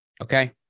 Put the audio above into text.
Okay